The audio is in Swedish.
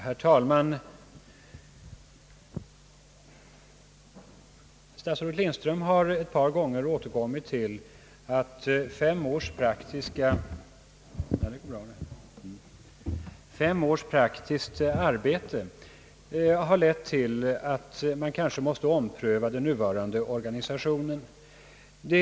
Herr talman! Statsrådet Lindström har ett par gånger återkommit till att fem års praktiskt arbete har medfört att man kanske måste ompröva den nuvarande organisationen.